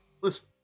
listen